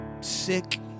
sick